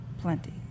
Plenty